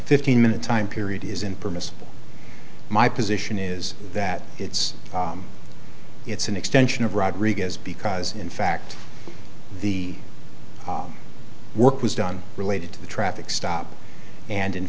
fifteen minute time period is impermissible my position is that it's it's an extension of rodriguez because in fact the work was done related to the traffic stop and in